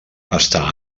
està